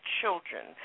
children